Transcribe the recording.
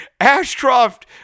Ashcroft